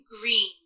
green